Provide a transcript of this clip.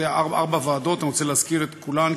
אני רוצה להזכיר את כולן,